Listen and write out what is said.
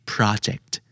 Project